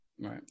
Right